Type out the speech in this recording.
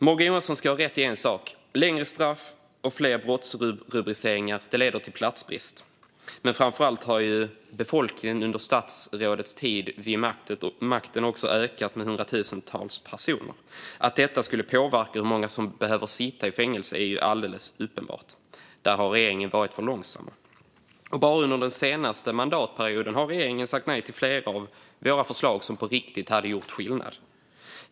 Morgan Johansson har rätt i en sak: Längre straff och fler brottsrubriceringar leder till platsbrist. Men framför allt har befolkningen under statsrådets tid vid makten ökat med hundratusentals personer. Att detta påverkar hur många som behöver sitta i fängelse är ju alldeles uppenbart. Där har regeringen varit för långsam. Bara under den senaste mandatperioden har regeringen sagt nej till flera av våra förslag som på riktigt hade gjort skillnad.